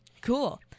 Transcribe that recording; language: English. Cool